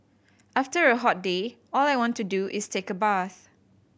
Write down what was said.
after a hot day all I want to do is take a bath